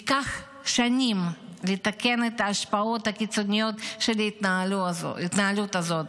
ייקח שנים לתקן את ההשפעות הקיצוניות של התנהלות הזאת.